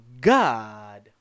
god